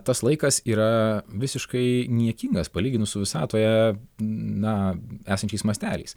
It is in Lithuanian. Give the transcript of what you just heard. tas laikas yra visiškai niekingas palyginus su visatoje na esančiais masteliais